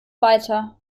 weiter